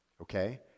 okay